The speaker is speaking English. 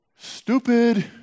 Stupid